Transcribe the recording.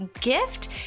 gift